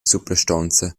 suprastonza